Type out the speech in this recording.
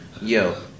yo